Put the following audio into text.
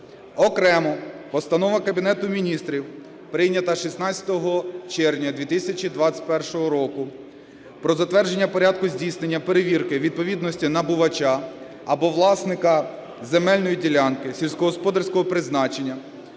Окремо Постанова Кабінету Міністрів, прийнята 16 червня 2021 року, про затвердження порядку здійснення перевірки відповідності набувача або власника земельної ділянки сільськогосподарського призначення